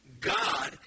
God